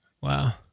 wow